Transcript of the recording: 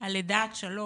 על לידה עד שלוש,